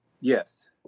Yes